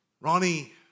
Ronnie